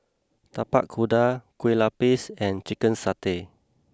Tapak Kuda Kueh Lapis and Chicken Satay